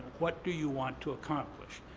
what do you want to accomplish?